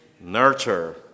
nurture